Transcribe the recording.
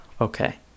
Okay